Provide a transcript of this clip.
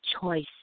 choice